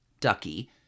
ducky